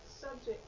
subject